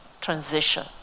transition